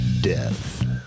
death